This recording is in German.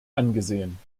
angesehen